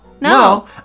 No